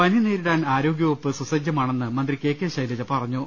പനി നേരിടാൻ ആരോഗ്യ വകുപ്പ് സുസജ്ജമാണെന്ന് മന്ത്രി കെ കെ ശൈലജ പറഞ്ഞു